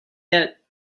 yet